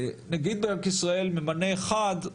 נגיד בנק ישראל ממנה אחד,